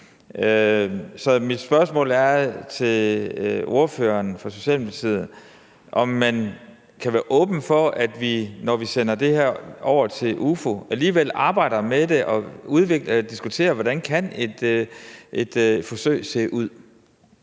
Mit spørgsmål til ordføreren for Socialdemokratiet er, om man kan være åben for, at vi, når vi sender det her over til UFO, alligevel arbejder med det og diskuterer, hvordan et forsøg kan se ud.